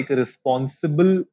responsible